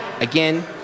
Again